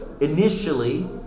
Initially